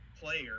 player